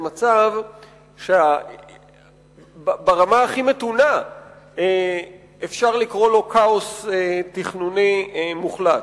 למצב שברמה הכי מתונה אפשר לקרוא לו כאוס תכנוני מוחלט.